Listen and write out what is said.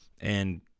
and-